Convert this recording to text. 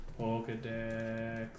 Pokedex